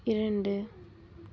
இரண்டு